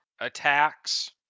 attacks